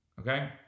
okay